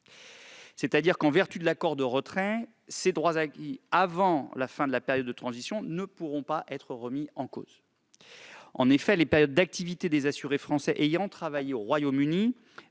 C'est-à-dire que, en vertu de l'accord de retrait, ces droits acquis avant la fin de la période de transition ne pourront être remis en cause. En effet, les périodes d'activité des assurés français ayant travaillé au Royaume-Uni,